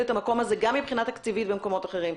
את המקום הזה גם מבחינה תקציבית במקומות אחרים,